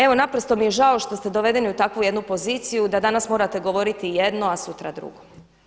Evo, naprosto mi je žao što ste dovedeni u takvu jednu poziciju da danas morate govoriti jedno, a sutra drugo.